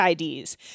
IDs